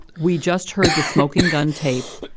we just heard the smoking gun tape.